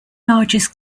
largest